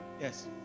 yes